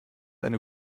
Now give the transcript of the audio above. eine